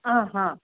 ಹಾಂ ಹಾಂ